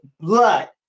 blood